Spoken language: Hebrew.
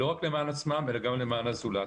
לא רק למען עצמם אלא גם למען הזולת.